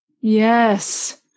Yes